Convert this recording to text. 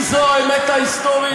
כי זו האמת ההיסטורית,